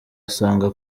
asanga